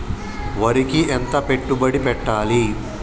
వరికి ఎంత పెట్టుబడి పెట్టాలి?